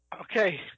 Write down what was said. Okay